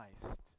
Christ